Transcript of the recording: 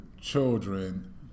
children